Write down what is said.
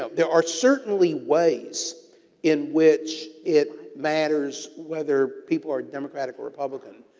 there are certainly ways in which it matters whether people are democrat or republican.